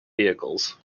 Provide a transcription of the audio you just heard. vehicles